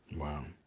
wow.